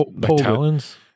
talons